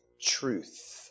truth